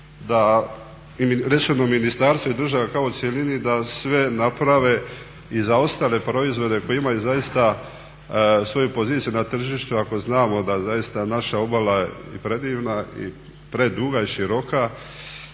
da resorno ministarstvo i državna kao u cjelini da sve naprave i za ostale proizvode koji imaju zaista svoju poziciju na tržištu ako znamo da zaista naša obala je predivna i preduga i široka